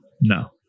No